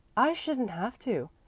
i shouldn't have to.